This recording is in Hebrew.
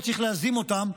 שצריך להזים אותן,